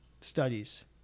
studies